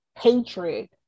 hatred